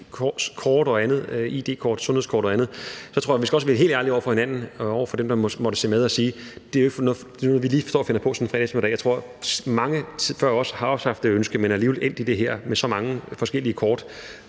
id-kort, sundhedskort og andet, tror jeg også, vi skal være helt ærlige over for hinanden og over for dem, der måtte se med, og sige, at det jo ikke er noget, som vi lige står og finder på sådan en fredag eftermiddag. Jeg tror også, at mange før os har haft det ønske, men at de alligevel er endt i det her med så mange forskellige kort,